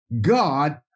God